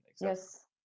Yes